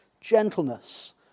gentleness